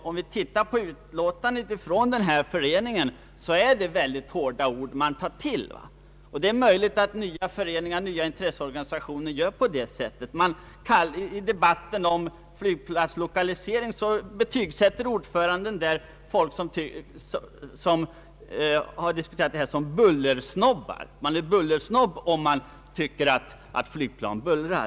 Om vi läser igenom yttrandet från Allmänflygföreningen finner vi att den som vanligt tar till hårda ord — det är möjligt att nya föreningar och nya intresseorganisationer gör på det sättet. I debatten om flygplatslokaliseringen betygsätter ordföranden folk som har diskuterat detta som »bullersnobbar». Den är alltså »bullersnobb» som tycker att flygplan bullrar.